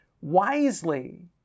wisely